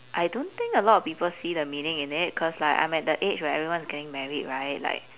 I don't think a lot of people see the meaning in it cause like I'm at the age where everyone is getting married right like